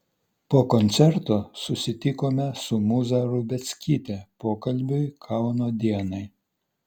po koncerto susitikome su mūza rubackyte pokalbiui kauno dienai